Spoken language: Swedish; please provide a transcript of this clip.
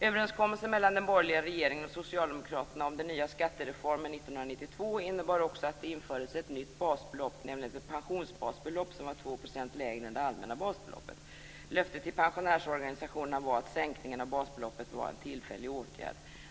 Överenskommelsen mellan den borgerliga regeringen och Socialdemokraterna om den nya skattereformen 1992 innebar också att det infördes ett nytt basbelopp, nämligen ett pensionsbasbelopp som var 2 % lägre än det allmänna basbeloppet. Löftet till pensionärsorganisationerna var att sänkningen av basbeloppet var en tillfällig åtgärd.